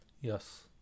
Yes